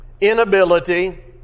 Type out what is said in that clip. inability